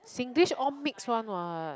singlish all mix one what